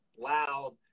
Loud